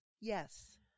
Yes